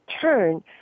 turn